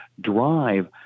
drive